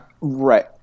Right